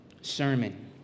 sermon